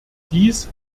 dies